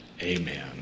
amen